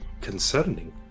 concerning